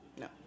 No